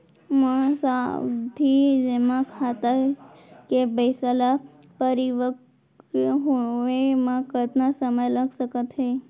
मोर सावधि जेमा खाता के पइसा ल परिपक्व होये म कतना समय लग सकत हे?